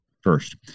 first